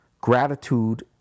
Gratitude